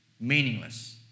Meaningless